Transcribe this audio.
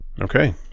Okay